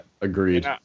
agreed